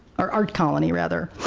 or, art colony, rather.